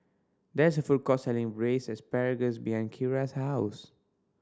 there is a food court selling Braised Asparagus behind Keira's house